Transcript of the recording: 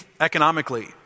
economically